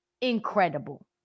incredible